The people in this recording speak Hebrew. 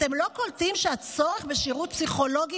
אתם לא קולטים שהצורך בשירות פסיכולוגי